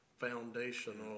foundational